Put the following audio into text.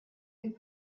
would